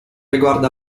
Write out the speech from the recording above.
riguarda